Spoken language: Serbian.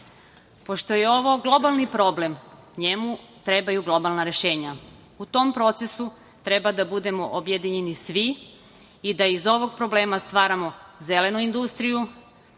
evra. Pošto je ovo globalni problem, njemu trebaju globalna rešenja. U tom procesu treba da budemo objedinjeni svi i da iz ovog problema stvaramo zelenu industriju,